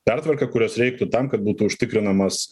pertvarka kurios reikia tam kad būtų užtikrinamas